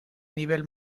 nivel